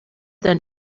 than